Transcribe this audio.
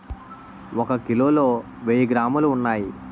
ఒక కిలోలో వెయ్యి గ్రాములు ఉన్నాయి